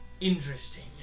interesting